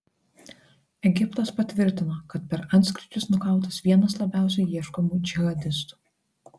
egiptas patvirtino kad per antskrydžius nukautas vienas labiausiai ieškomų džihadistų